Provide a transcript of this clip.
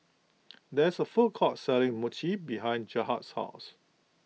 there is a food court selling Mochi behind Gerhard's house